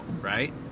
right